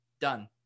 done